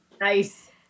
nice